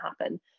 happen